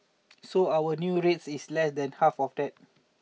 so our new rate is less than half of that